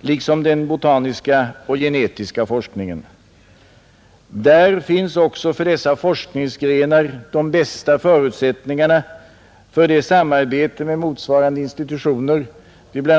liksom den botaniska och genetiska forskningen, Där finns också för dessa forskningsgrenar de bästa förutsättningarna för det samarbete med motsvarande institutioner vid bl.